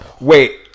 Wait